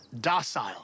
Docile